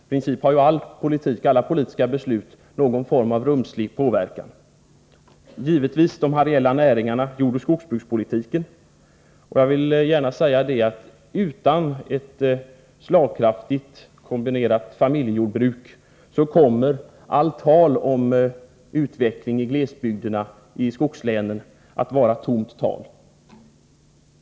I princip har ju alla politiska beslut någon form av rumslig inverkan. Givetvis påverkas de areella näringarna av jordoch skogsbrukspolitiken, och jag vill gärna säga att utan ett slagkraftigt kombinerat familjejordbruk kommer allt tal om utveckling i glesbygderna och skogslänen att vara tomt tal.